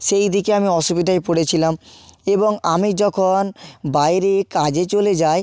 সেই দিকে আমি অসুবিধায় পড়েছিলাম এবং আমি যখন বাইরে কাজে চলে যাই